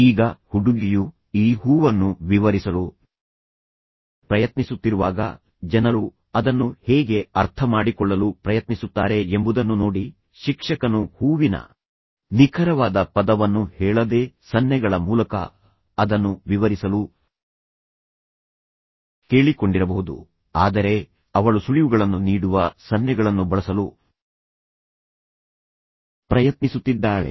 ಈಗ ಹುಡುಗಿಯು ಈ ಹೂವನ್ನು ವಿವರಿಸಲು ಪ್ರಯತ್ನಿಸುತ್ತಿರುವಾಗ ಜನರು ಅದನ್ನು ಹೇಗೆ ಅರ್ಥಮಾಡಿಕೊಳ್ಳಲು ಪ್ರಯತ್ನಿಸುತ್ತಾರೆ ಎಂಬುದನ್ನು ನೋಡಿ ಶಿಕ್ಷಕನು ಹೂವಿನ ನಿಖರವಾದ ಪದವನ್ನು ಹೇಳದೆ ಸನ್ನೆಗಳ ಮೂಲಕ ಅದನ್ನು ವಿವರಿಸಲು ಕೇಳಿಕೊಂಡಿರಬಹುದು ಆದರೆ ಅವಳು ಸುಳಿವುಗಳನ್ನು ನೀಡುವ ಸನ್ನೆಗಳನ್ನು ಬಳಸಲು ಪ್ರಯತ್ನಿಸುತ್ತಿದ್ದಾಳೆ